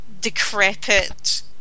decrepit